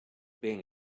being